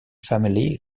family